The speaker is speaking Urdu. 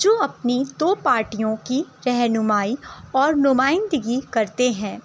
جو اپنی تو پارٹیوں کی رہنمائی اور نمائندگی کرتے ہیں